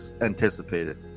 anticipated